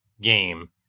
game